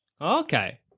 Okay